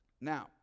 Now